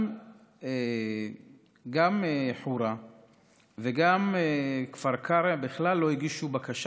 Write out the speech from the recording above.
גם חורה וגם כפר קרע בכלל לא הגישו בקשה